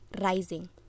rising